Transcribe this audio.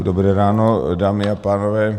Dobré ráno, dámy a pánové.